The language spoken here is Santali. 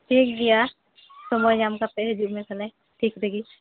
ᱴᱷᱤᱠ ᱜᱮᱭᱟ ᱥᱚᱢᱚᱭ ᱧᱟᱢ ᱠᱟᱛᱮ ᱦᱤᱡᱩᱜ ᱢᱮ ᱛᱟᱦᱚᱞᱮ ᱴᱷᱤᱠ ᱨᱮᱜᱤ